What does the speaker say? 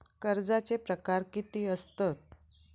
कर्जाचे प्रकार कीती असतत?